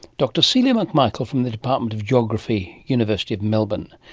dr celia mcmichael from the department of geography, university of melbourne.